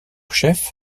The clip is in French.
chef